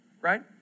Right